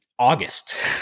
August